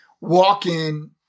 Walk-in